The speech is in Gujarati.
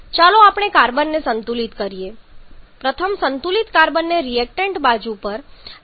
ચાલો આપણે કાર્બનને સંતુલિત કરીએ પ્રથમ સંતુલિત કાર્બનને રિએક્ટન્ટ બાજુ પર તમારી પાસે 0